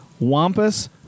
Wampus